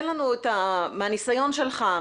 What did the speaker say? מהניסיון שלך,